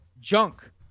junk